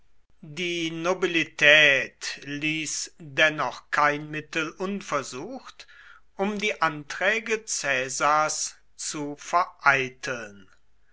die nobilität ließ dennoch kein mittel unversucht um die anträge caesars zu vereiteln